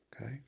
Okay